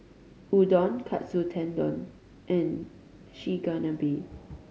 Udon Katsu Tendon and Chigenabe